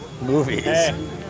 Movies